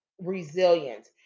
resilience